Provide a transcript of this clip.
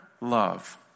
love